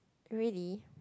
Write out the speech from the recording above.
really